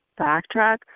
backtrack